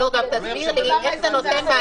האם זה סביר לתת התראה?